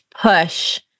push